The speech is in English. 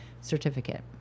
certificate